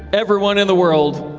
everyone in the world,